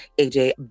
AJ